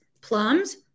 plums